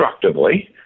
constructively